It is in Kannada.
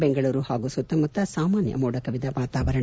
ಬೆಂಗಳೂರು ಪಾಗೂ ಸುತ್ತಮುತ್ತ ಸಾಮಾನ್ಯ ಮೋಡ ಕವಿದ ವಾತಾವರಣ